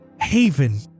Haven